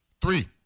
Three